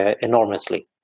enormously